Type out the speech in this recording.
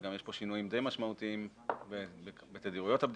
וגם יש כאן שינויים די משמעותיים בתדירויות הבדיקות,